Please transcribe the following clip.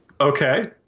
Okay